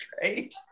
Great